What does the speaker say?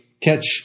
catch